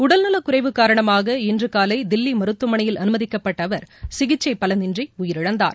உடல்நலக்குறைவு காரணமாக இன்று காலை தில்லி மருத்துவமனையில் அனுமதிக்கப்பட்ட அவர் சிகிச்சை பலனின்றி உயிரிழந்தார்